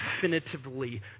definitively